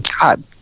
god